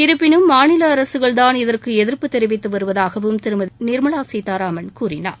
இருப்பினும் மாநில அரசுகள்தான் இதற்கு எதிர்ப்பு தெரிவித்து வருவதாகவும் திருமதி நிர்மலா சீதாராமன் கூறினார்